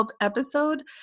episode